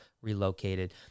relocated